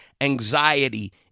anxiety